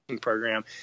program